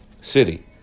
city